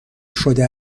شده